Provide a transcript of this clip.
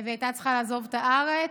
והייתה צריכה לעזוב את הארץ.